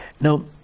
Now